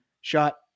shot